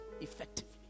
effectively